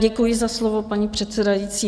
Děkuji za slovo, paní předsedající.